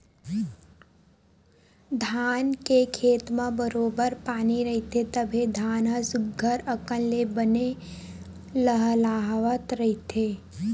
धान के खेत म बरोबर पानी रहिथे तभे धान ह सुग्घर अकन ले बने लहलाहवत रहिथे